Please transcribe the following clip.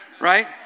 right